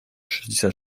шестьдесят